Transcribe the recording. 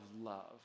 love